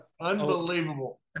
unbelievable